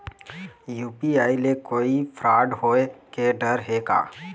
UPI ले कोई fraud होए के डर हे का?